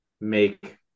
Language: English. make